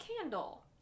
candle